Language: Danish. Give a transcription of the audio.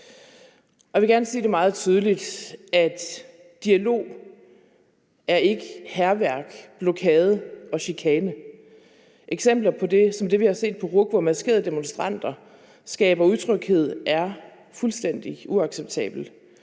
Jeg vil gerne sige det meget tydeligt: Dialog er ikke hærværk, blokade og chikane. Eksempler som dem, vi har set på RUC, hvor maskerede demonstranter skaber utryghed, er fuldstændig uacceptable.